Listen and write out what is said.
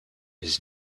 his